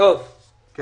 אני